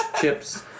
chips